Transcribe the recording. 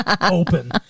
open